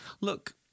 look